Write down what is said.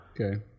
Okay